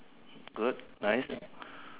good nice